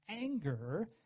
anger